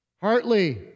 Hartley